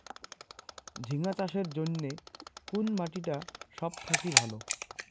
ঝিঙ্গা চাষের জইন্যে কুন মাটি টা সব থাকি ভালো?